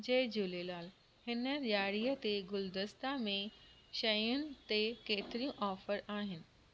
जय झूलेलाल हिन ॾिआरीअ ते गुलदस्ता में शयुनि ते केतिरियूं ऑफर आहिनि